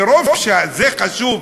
מרוב שזה חשוב,